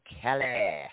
Kelly